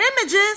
images